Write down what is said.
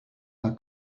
our